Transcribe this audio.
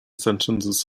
sentences